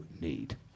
need